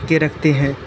के रखते हैं